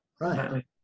right